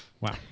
Wow